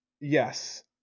yes